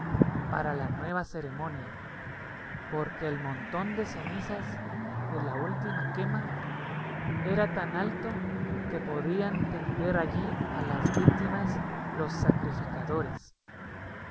para la nueva ceremonia porque el montón de cenizas de la última quema era tan alto que podían tender allí a las víctimas los sacrificadores